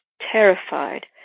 terrified